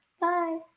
Bye